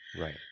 Right